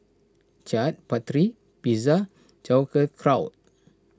Chaat Papri Pizza Sauerkraut